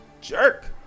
jerk